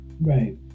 right